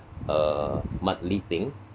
uh monthly thing